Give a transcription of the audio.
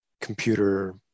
computer